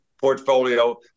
portfolio